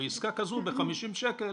עסקה כזו ב-50 שקל,